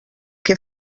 què